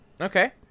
Okay